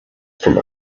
from